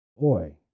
Boy